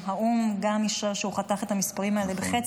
האו"ם גם אישר שהוא חתך את המספרים האלה בחצי.